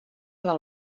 del